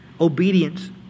obedience